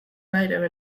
writer